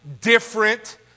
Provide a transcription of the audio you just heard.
different